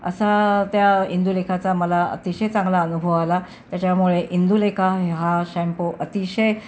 असा त्या इंदुलेखाचा मला अतिशय चांगला अनुभव आला त्यच्यामुळे इंदूलेखा हा शॅम्पू अतिशय